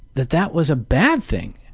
that that was a bad thing.